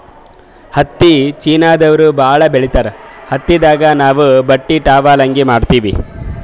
ಹತ್ತಿ ಚೀನಾದವ್ರು ಭಾಳ್ ಬೆಳಿತಾರ್ ಹತ್ತಿದಾಗ್ ನಾವ್ ಬಟ್ಟಿ ಟಾವೆಲ್ ಅಂಗಿ ಮಾಡತ್ತಿವಿ